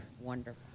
Wonderful